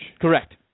Correct